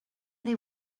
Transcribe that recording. they